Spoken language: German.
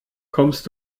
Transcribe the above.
kommst